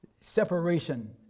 Separation